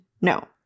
no